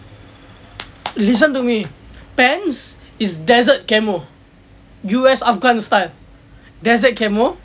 listen to me pants is desert camo U_S Afghanistan style desert camo